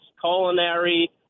culinary